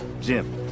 Jim